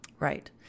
Right